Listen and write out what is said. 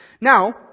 now